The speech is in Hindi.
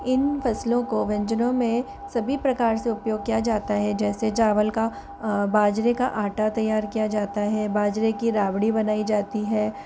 इन फ़सलों को व्यंजनों में सभी प्रकार से उपयोग किया जाता है जैसे चावल का बाजरे का आटा तैयार किया जाता है बाजरे की राबड़ी बनाई जाती है